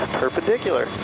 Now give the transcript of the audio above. perpendicular